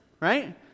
right